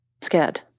scared